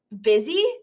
busy